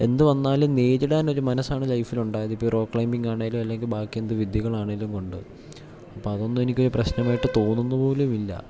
എന്ത് വന്നാലും നേരിടാൻ ഒരു മനസ്സാണ് ലൈഫിൽ ഉണ്ടായത് ഇപ്പോൾ റോക്ക് ക്ലൈമ്പിംഗ് ആണേലും അല്ലെങ്കിൽ ബാക്കി എന്ത് വിദ്യകൾ ആണേലും കൊണ്ട് അപ്പ അതൊന്നും എനിക്ക് പ്രശ്നമായിട്ട് തോന്നുന്നു പോലുമില്ല